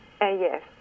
Yes